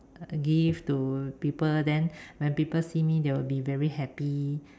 gift to people then when people see me they'll be very happy